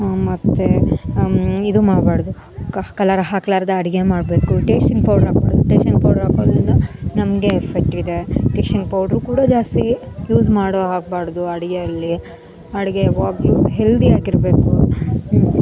ಮತ್ತೆ ಇದು ಮಾಡಬಾರ್ದು ಕಲರ್ ಹಾಕ್ಲಾರ್ದೆ ಅಡುಗೆ ಮಾಡಬೇಕು ಟೇಶ್ಟಿಂಗ್ ಪೌಡ್ರ್ ಹಾಕ್ಬಾರ್ದು ಟೇಶ್ಟಿಂಗ್ ಪೌಡ್ರ್ ಹಾಕೋದರಿಂದ ನಮಗೆ ಎಫೆಕ್ಟ್ ಇದೆ ಟೇಶಿಂಗ್ ಪೌಡ್ರು ಕೂಡ ಜಾಸ್ತಿ ಯೂಸ್ ಮಾಡಿ ಹಾಕ್ಬಾರ್ದು ಅಡುಗೆಯಲ್ಲಿ ಅಡುಗೆ ಯಾವಾಗಲೂ ಹೆಲ್ದಿಯಾಗಿರ್ಬೇಕು